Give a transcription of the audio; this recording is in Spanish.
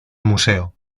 museo